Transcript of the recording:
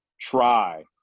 try